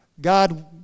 God